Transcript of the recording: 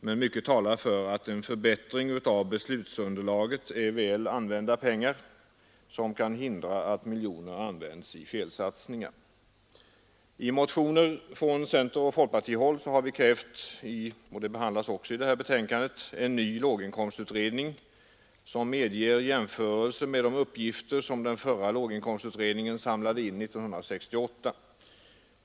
Men mycket talar för att en förbättring av beslutsunderlaget är väl använda pengar för att hindra att miljoner används i felsatsningar. I motioner från centeroch folkpartihåll — vilka också behandlas i detta betänkande — har vi krävt en ny låginkomstutredning som medger viss jämförelse med de uppgifter som den förra låginkomstutredningen samlade in år 1968.